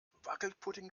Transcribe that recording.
wackelpudding